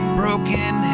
broken